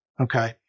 Okay